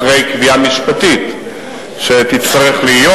אחרי קביעה משפטית שתצטרך להיות.